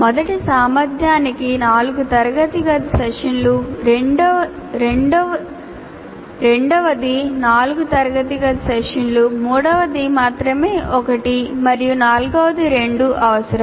మొదటి సామర్థ్యానికి 4 తరగతి గది సెషన్లు రెండవది 4 తరగతి గది సెషన్లు మూడవది మాత్రమే ఒకటి మరియు నాల్గవది 2 అవసరం